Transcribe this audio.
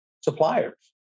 suppliers